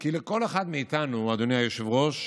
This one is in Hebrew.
כי לכל אחד מאיתנו, אדוני היושב-ראש,